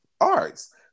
arts